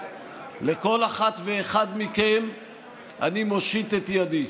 לכל אחת ואחד מכם אני מושיט את ידי,